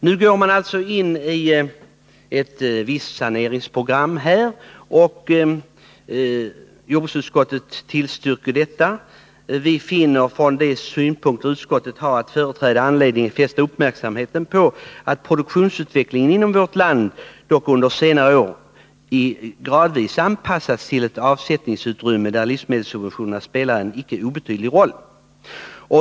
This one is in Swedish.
Nu går man med det här förslaget in på ett visst saneringsprogram, och jordbruksutskottet tillstyrker detta. Vi finner från de synpunkter utskottet har att företräda anledning fästa uppmärksamheten på att produktionsutvecklingen inom vårt jordbruk under senare år gradvis har anpassats till ett avsättningsutrymme där livsmedelssubventionerna spelar en icke obetydlig roll.